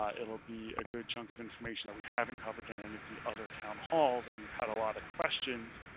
ah it'll be a good chunk of information that we haven't covered. in any of the other town halls and we've had a lot of questions.